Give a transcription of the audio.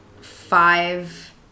five